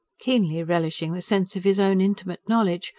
keenly relishing the sense of his own intimate knowledge,